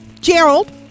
gerald